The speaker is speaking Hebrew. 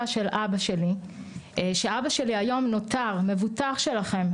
של אבא שלי כשאבא שלי היום מבוטח שלכם,